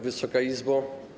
Wysoka Izbo!